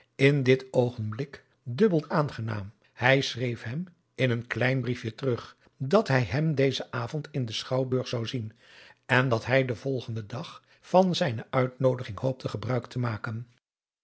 in dit oogenblik dubbeld aangenaam hij schreef hem in een klein briefje terug dat hij hem dezen avond in den schouwburg zou zien en dat hij den volgenden dag van zijne uitnoodiging hoopte gebruik te maken